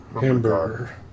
Hamburger